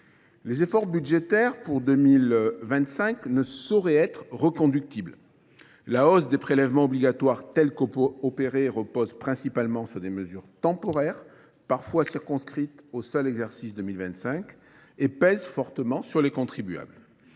Les efforts budgétaires pour 2025 ne sauraient être reconductibles. La hausse des prélèvements obligatoires tels qu'opérés reposent principalement sur des mesures temporaires, parfois circonscrites au seul exercice 2025, et pèsent fortement sur les contribuables.